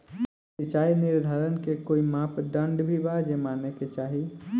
सिचाई निर्धारण के कोई मापदंड भी बा जे माने के चाही?